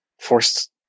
forced